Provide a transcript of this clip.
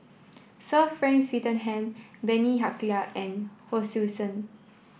Sir Frank Swettenham Bani Haykal and Hon Sui Sen